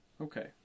Okay